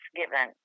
given